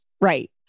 Right